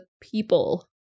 people